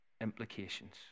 implications